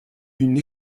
une